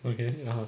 okay 然后